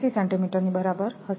479 સેન્ટિમીટરની બરાબર હશે